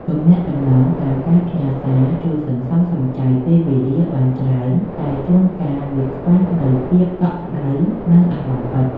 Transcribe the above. ទំនាក់ទំនងតាមការផ្ញើសារជួយសន្សំសំចៃពេលវេលាបានច្រើនតែជួនកាលវាខ្វះនូវភាពកក់ក្តៅនិងអារម្មណ៍ពិត។